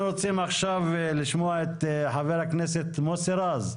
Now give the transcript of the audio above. אנחנו רוצים עכשיו לשמוע את חבר הכנסת מוסי רז.